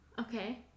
okay